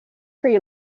pre